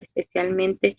especialmente